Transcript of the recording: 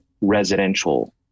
residential